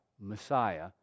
Messiah